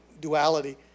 duality